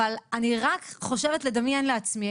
אבל אני רק חושבת לדמיין לעצמי,